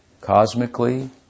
cosmically